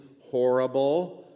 horrible